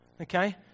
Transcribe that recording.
okay